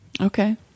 Okay